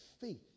faith